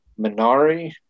Minari